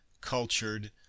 cultured